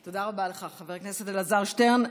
תודה רבה לך, חבר הכנסת אלעזר שטרן.